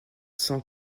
cent